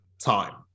time